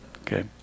okay